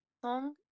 song